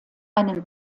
einen